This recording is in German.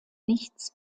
nichts